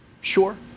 sure